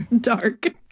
dark